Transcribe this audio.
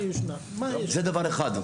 זה דבר אחד.